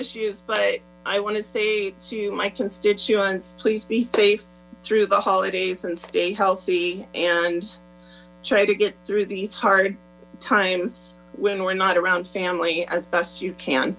issues but i want to say to my constituents please be safe through the holidays and stay healthy and try to get through these hard times when we're not around family as best you can